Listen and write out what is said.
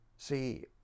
See